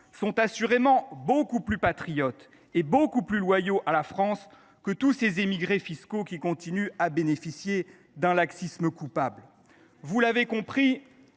sont assurément beaucoup plus patriotes et loyaux à la France que tous ces émigrés fiscaux qui continuent à bénéficier d’un laxisme coupable. Excellent ! Vous l’avez compris